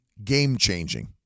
game-changing